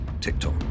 TikTok